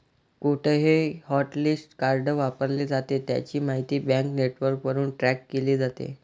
कुठेही hotlist card वापरले जाते, त्याची माहिती बँक नेटवर्कवरून ट्रॅक केली जाते